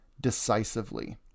decisively